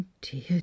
Dear